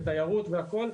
תיירות והכל.